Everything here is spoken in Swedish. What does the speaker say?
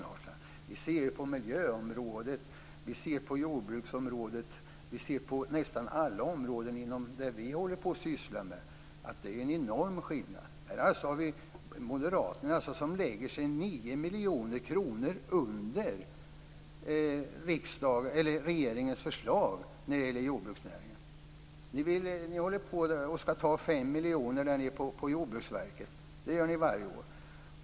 Vi ser på miljöområdet, vi ser på jordbruksområdet, vi ser på nästan alla områden att det finns en enorm skillnad. Moderaterna lägger sig med 9 miljoner kronor under regeringens förslag när det gäller jordbruksnäringen. Ni ska ta 5 miljoner kronor på Jordbruksverket. Det gör ni varje år.